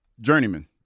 journeyman